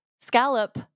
scallop